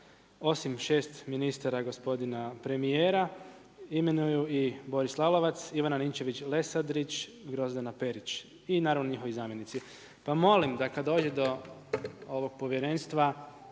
osim šest ministara gospodina premijera imenuju i Boris Lalovac, Ivana Ninčević-Lesandrić, Grozdana Perić i naravno njihovi zamjenici. Pa molim da kada dođe do ovog povjerenstva